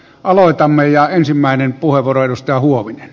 aloitamme ja ensimmäinen puhelu ryöstö huovi